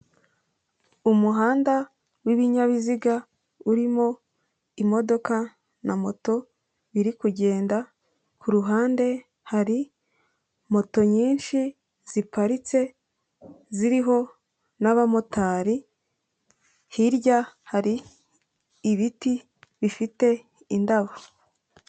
Umuhanda w'ibinyabiziga urimo imodoka na moto biri kugenda, ku ruhande hari moto nyinshi ziparitse ziriho n'abamotari, hirya hari ibiti bifite indabo.